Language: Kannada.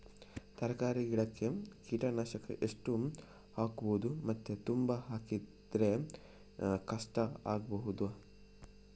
ತರಕಾರಿ ಗಿಡಕ್ಕೆ ಕೀಟನಾಶಕ ಎಷ್ಟು ಹಾಕ್ಬೋದು ಮತ್ತು ತುಂಬಾ ಹಾಕಿದ್ರೆ ಕಷ್ಟ ಆಗಬಹುದ?